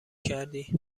کردی